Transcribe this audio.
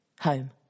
home